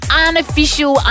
unofficial